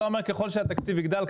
אתה אומר שככל שהתקציב יגדל,